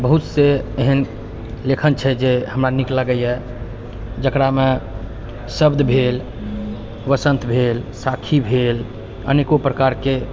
बहुतसँ एहन लेखन छै जे हमरा नीक लागै यऽ जकरामे शब्द भेल वसन्त भेल साखी भेल अनेको प्रकारके